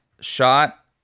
shot